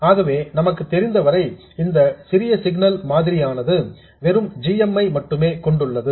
ஆகவே நமக்கு தெரிந்தவரை இந்த சிறிய சிக்னல் மாதிரியானது வெறும் g m ஐ மட்டுமே கொண்டுள்ளது